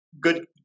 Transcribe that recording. good